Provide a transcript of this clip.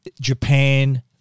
Japan